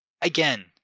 again